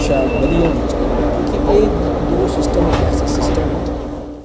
शैल बधिया होना चाहिदा क्युंकि एह् दो सिस्टम इक ऐसे सिस्टम ना